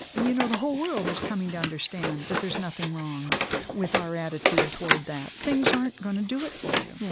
you know, the whole world is coming to understand that there's nothing wrong with our attitude toward that. things aren't going to do it for you. yeah